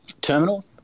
terminal